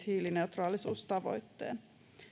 hiilineutraalisuustavoitteen